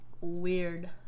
Weird